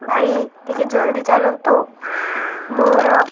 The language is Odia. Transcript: ଭାଇ ଟିକେ ଜଲ୍ଦି ଚାଲନ୍ତୁ ମୋର